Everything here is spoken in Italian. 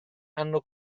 hanno